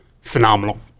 phenomenal